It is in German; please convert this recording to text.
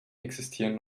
existieren